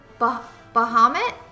Bahamut